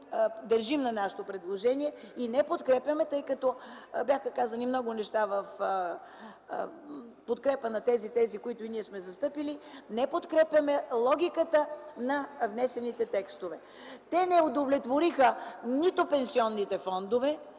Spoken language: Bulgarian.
държим на нашето предложение. Тъй като бяха казани много неща в подкрепа на тезите, които и ние сме застъпили, не подкрепяме логиката на внесените текстове. Те не удовлетвориха нито пенсионните фондове,